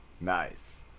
Nice